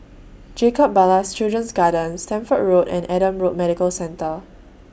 Jacob Ballas Children's Garden Stamford Road and Adam Road Medical Centre